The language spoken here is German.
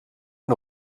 ein